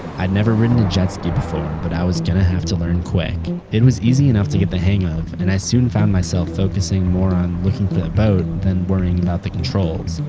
i'd never ridden a jetski before but i was going to have to learn quick. it was easy enough to get the hang of and i soon found myself focusing more on looking for that boat than worrying about the controls.